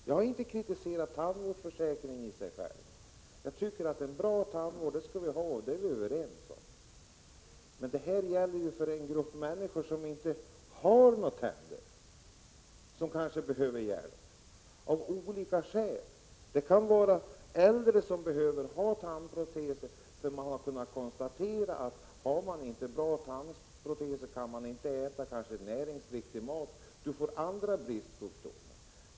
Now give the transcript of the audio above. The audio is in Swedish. Jag har inte heller kritiserat själva tandvårdsförsäkringen. En bra tandvård skall vi ha, och det är vi överens om. Men i detta fall gäller det en grupp människor som inte har några tänder och som av olika skäl kanske behöver hjälp. Det kan gälla äldre som behöver tandproteser eftersom det har kunnat konstateras att har man inte bra tandproteser kan man inte äta näringsriktig mat och då får man bristsjukdomar.